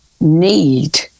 need